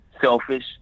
selfish